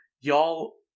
Y'all